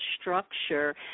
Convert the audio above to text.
structure